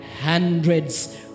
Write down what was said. hundreds